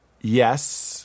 Yes